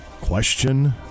Question